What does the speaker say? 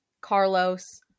Carlos